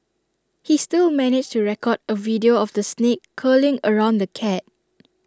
he still managed to record A video of the snake curling around the cat